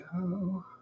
go